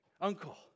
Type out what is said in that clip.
uncle